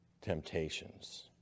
temptations